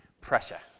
pressure